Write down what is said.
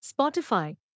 Spotify